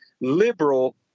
liberal